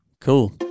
Cool